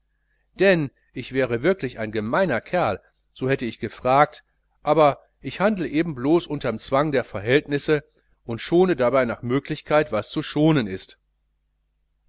denn wäre ich wirklich ein gemeiner kerl so hätte ich gefragt aber ich handle eben blos unterm zwang der verhältnisse und schone dabei nach möglichkeit was zu schonen ist